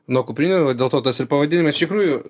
nuo kuprinių dėl to tas ir pavadinime iš tikrųjų